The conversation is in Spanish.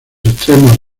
extremos